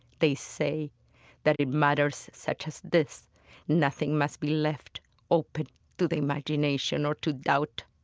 they say that in matters such as this nothing must be left open to the imagination or to doubt.